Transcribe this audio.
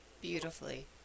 Beautifully